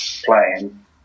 playing